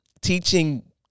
teaching